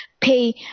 pay